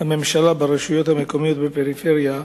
הממשלה ברשויות המקומיות בפריפריה,